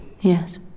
Yes